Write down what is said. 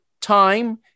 time